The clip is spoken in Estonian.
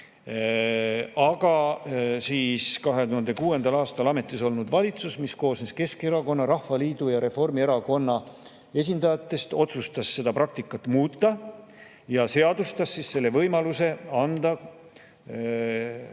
Aga 2006. aastal ametis olnud valitsus, mis koosnes Keskerakonna, Rahvaliidu ja Reformierakonna esindajatest, otsustas seda praktikat muuta ja seadustas selle võimaluse anda nendele